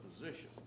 position